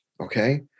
Okay